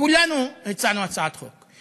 כולנו הצענו הצעת חוק.